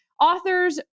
authors